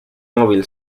mobile